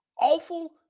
awful